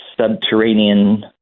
subterranean